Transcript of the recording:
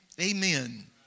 Amen